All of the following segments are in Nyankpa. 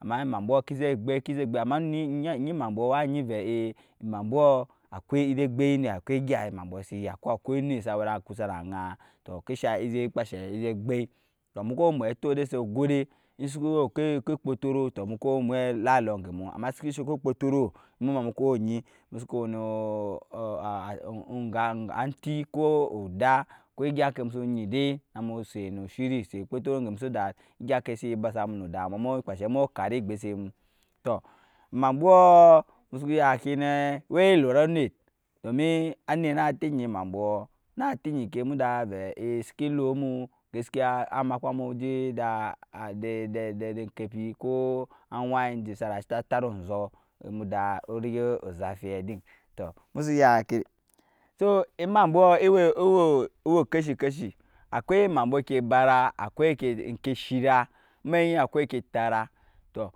Amma emm bwos ki ze gbɛp ki zɛ gbɛp amma onit enyi emambwos wa nyi vɛ ee emambwos akwai egya emambwos si ya ko akwasi onit sa we na kusa na aŋaa to ŋke eshaŋ e je kpaa enshe e je gbei tɔ muku mwe a too ede set ego de en suku we oŋke okpɔtɔrɔ tɔ muku mwe la alɔ mu eŋge mu amma seke she ŋke kpɔtɔrɔɔ mu ma muku nyi musu ku we nu ati ko ada ko egya eŋkke musu nyi dei namu set nu shiri set apɔtɔrɔ eŋge mu so da egya oŋke se e ba sa mu nu oda nɔ mu nyi kpaa ensheɛ mu nyi kari ogbose mu tɔ emambwos emu suku ya ŋke ne we lot aneit domin anit na ti enyi emamnbwos na tinyi ŋke amada vɛs ee seke lɔt mu gaskiya a maku mu je eda ede enkepi ko awa ende sana tat nzɔɔ emada orege o zapiɛ din tɔ emu su ya ŋke so emambɔɔ ewe ewe keshi keshi akwai emambwo ŋke ebara akwai yke eshira amɛk nyi akai ŋke tara tɔ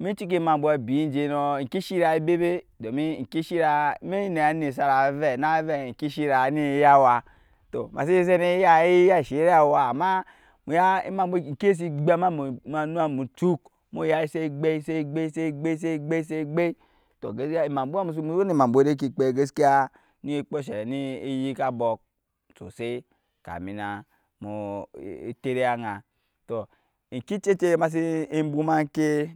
eme ciki emambwos biin je ne eŋke shira ebebe domin eŋke shira aniɛk nyi na anit sa ve na vɛ oŋke shira ni eya awa tɔ ema si nyi se kɔ e ya nsha iri awaa amma ya emambwo eŋkesi gbep eme mu ojuk mu ga e set gbei se gbei se gbei se gbei se gbei se gbei se gbei tɔ gaskiya emambwo ma seke gema nu emambwo ŋke egbei de gaskiya ne ekpaa enshe ne eyike abɔɔk sosai kamin na nu tare ana aeŋke cecet ema si embwoma ŋkee